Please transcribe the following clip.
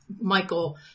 Michael